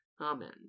Amen